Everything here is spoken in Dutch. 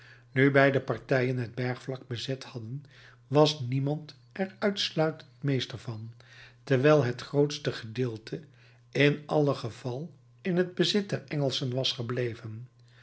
nu beide partijen het bergvlak bezet hadden was niemand er uitsluitend meester van terwijl het grootste gedeelte in allen geval in t bezit der engelschen was gebleven